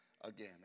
again